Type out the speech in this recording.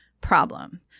problem